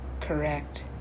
Correct